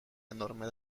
enorme